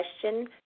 question